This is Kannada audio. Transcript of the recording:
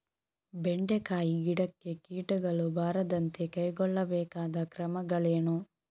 ಬೆಂಡೆಕಾಯಿ ಗಿಡಕ್ಕೆ ಕೀಟಗಳು ಬಾರದಂತೆ ಕೈಗೊಳ್ಳಬೇಕಾದ ಕ್ರಮಗಳೇನು?